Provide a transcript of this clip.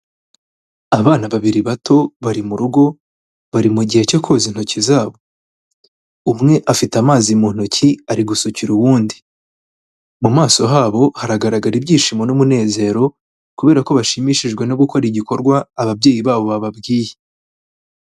Abana babiri bato bari mu rugo, bari mu gihe cyo koza intoki zabo, umwe afite amazi mu ntoki ari gusukira uwundi, mu maso habo haragaragara ibyishimo n'umunezero kubera ko bashimishijwe no gukora igikorwa ababyeyi babo bababwiye.